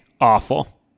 awful